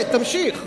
ותמשיך.